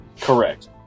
Correct